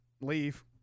leave